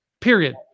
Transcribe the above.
period